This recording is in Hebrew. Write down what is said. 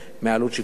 מעלות שיקומו.